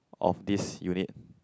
of this unit